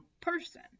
person